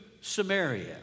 Samaria